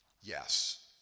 Yes